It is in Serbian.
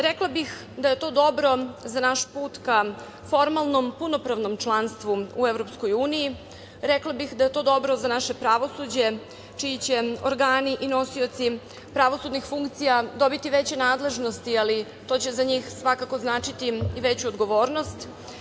Rekla bih da je to dobro za naš put ka formalnom punopravnom članstvu u EU, rekla bih da je to dobro za naše pravosuđe, čiji će organi i nosioci pravosudnih funkcija dobiti veće nadležnosti, ali to će za njih svakako značiti i veću odgovornost.